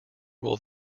will